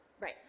right